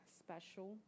special